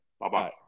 bye-bye